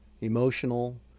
emotional